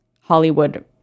Hollywood